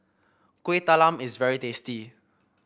Kuih Talam is very tasty